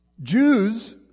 Jews